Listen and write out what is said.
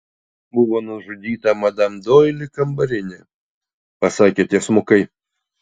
buvo nužudyta madam doili kambarinė pasakė tiesmukai